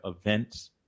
events